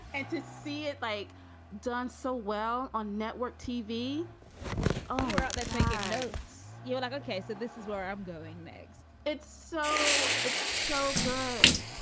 and to see it like done so well on network tv over there taking notes you know, like, ok. so this is where i'm going next. it's so it's so good.